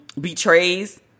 betrays